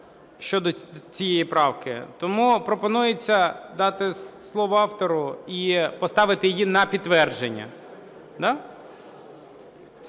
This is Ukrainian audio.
щодо цієї правки, тому пропонується дати слово автору і поставити її на підтвердження.